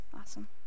Awesome